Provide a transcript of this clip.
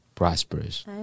prosperous